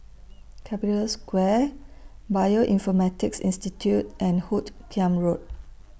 Capital Square Bioinformatics Institute and Hoot Kiam Road